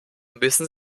müssen